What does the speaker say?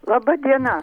laba diena